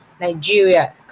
Nigeria